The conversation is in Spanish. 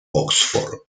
oxford